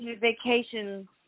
vacation